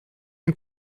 een